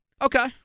Okay